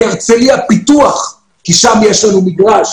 בהרצליה פיתוח, כי שם יש לנו מגרש